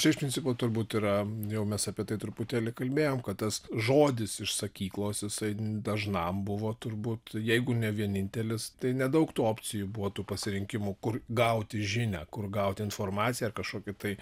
čia iš principo turbūt yra jau mes apie tai truputėlį kalbėjom kad tas žodis iš sakyklos jisai dažnam buvo turbūt jeigu ne vienintelis tai nedaug tų opcijų buvo tų pasirinkimų kur gauti žinią kur gauti informaciją ar kažkokį tai